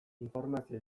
informazio